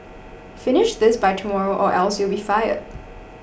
finish this by tomorrow or else you'll be fired